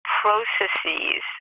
processes